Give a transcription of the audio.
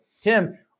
Tim